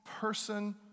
person